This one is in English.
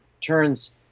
turns